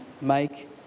make